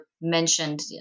mentioned